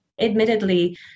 admittedly